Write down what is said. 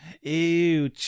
Ew